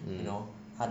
mm